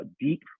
deep